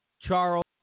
Charles